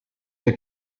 der